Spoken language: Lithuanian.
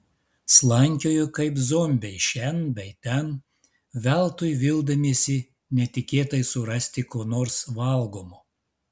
slankiojo kaip zombiai šen bei ten veltui vildamiesi netikėtai surasti ko nors valgomo